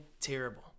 terrible